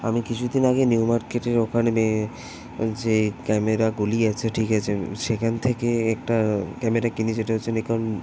আমি কিছু দিন আগে নিউ মার্কেটের ওখান মে যে ক্যামেরা গলি আছে ঠিক আছে সেখান থেকে একটা ক্যামেরা কিনি যেটা হচ্ছে নিকন